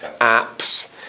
apps